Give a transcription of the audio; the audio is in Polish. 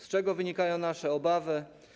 Z czego wynikają nasze obawy?